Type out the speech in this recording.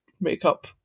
makeup